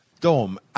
Dom